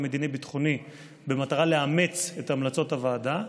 המדיני-ביטחוני במטרה לאמץ את המלצות הוועדה.